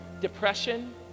depression